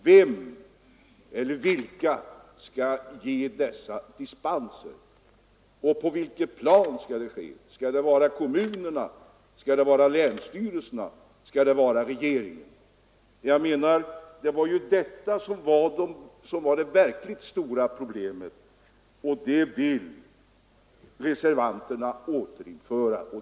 Vem eller vilka skall besluta om dessa dispenser, och på vilket plan skall det ske? Skall det vara kommunerna, länsstyrelserna eller regeringen? Detta var det verkligt stora problemet tidigare, och det vill reservanterna återinföra.